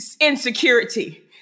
insecurity